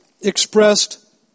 expressed